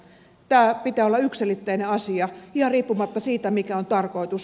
tämän pitää olla yksiselitteinen asia ihan riippumatta siitä mikä on tarkoitus